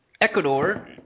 Ecuador